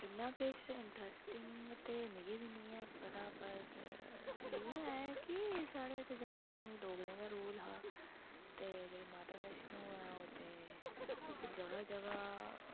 इन्ना किछ इंट्रस्टिंग ते मिगी बी नीं ऐ पता पर इयै ऐ कि साढ़ै जम्मू कश्मीर च डोगरें दा रूल हा ते जेह्डी माता वैशणों ऐ जगह्